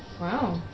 Wow